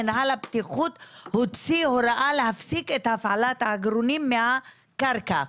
מינהל הבטיחות הוציא ביולי 2021 הוראה להפסיק את הפעלת העגורנים מהקרקע,